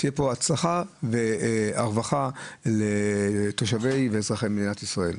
תהיה פה הצלחה והרווחה לתושבי ואזרחי מדינת ישראל.